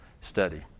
study